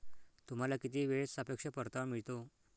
तुम्हाला किती वेळेत सापेक्ष परतावा मिळतो?